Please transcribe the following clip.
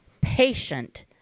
patient